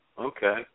Okay